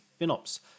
FinOps